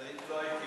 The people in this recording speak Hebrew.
אז לא הייתי,